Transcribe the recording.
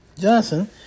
Johnson